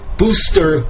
booster